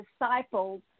disciples